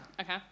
okay